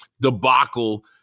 debacle